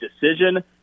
decision